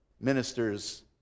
ministers